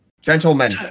Gentlemen